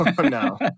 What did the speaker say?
no